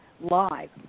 live